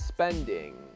Spending